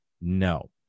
No